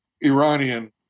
Iranian